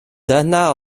dyna